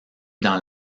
dans